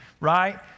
right